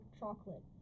chocolate